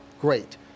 great